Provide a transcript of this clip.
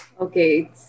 Okay